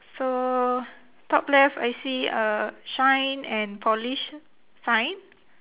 so top left I see a shine and polish sign